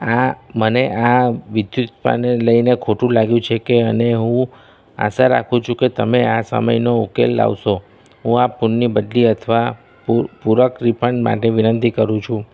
આ મને આ લઈને ખોટું લાગ્યું છેકે અને હું આશા રાખું છું કે તમે આ સામેનો ઉકેલ લાવશો હું આ ફૂડની બદલી અથવા પૂરક રિફંડ માટે વિનંતી કરું છું